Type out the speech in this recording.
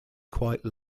quite